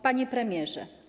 Panie Premierze!